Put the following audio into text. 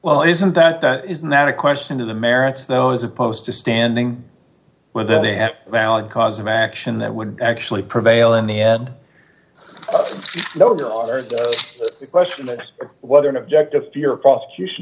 well isn't that isn't that a question of the merits though as opposed to standing with a valid cause of action that would actually prevail in the end though the other question is whether an object of fear prosecution